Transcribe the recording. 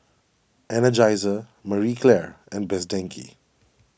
Energizer Marie Claire and Best Denki